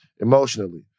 emotionally